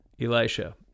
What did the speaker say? Elisha